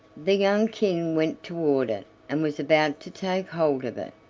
the young king went toward it and was about to take hold of it,